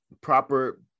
proper